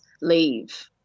leave